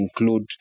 include